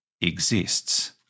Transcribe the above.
exists